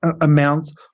amounts